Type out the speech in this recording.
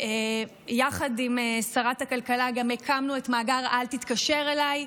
ויחד עם שרת הכלכלה גם הקמנו את מאגר "אל תתקשר אליי",